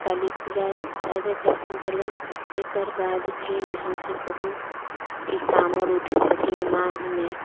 काली पूजा तऽ अयबे केलखिन छलनि तकर बाद फेन अहाँसँ कहू ई काँवर उठै छथिन माघमे